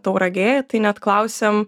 tauragėj tai net klausėm